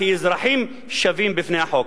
כאזרחים שווים בפני החוק.